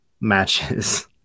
matches